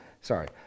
Sorry